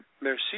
merci